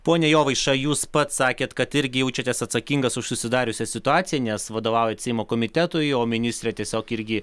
pone jovaiša jūs pats sakėt kad irgi jaučiatės atsakingas už susidariusią situaciją nes vadovaujat seimo komitetui o ministrė tiesiog irgi